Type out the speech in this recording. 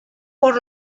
por